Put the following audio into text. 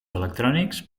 electrònics